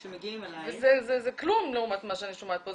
שמגיעים אליך --- זה כלום לעומת מה שאני שומעת פה,